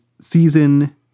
season